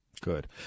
Good